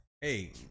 hey